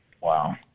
Wow